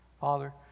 father